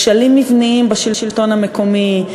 על כשלים מבניים בשלטון המקומי,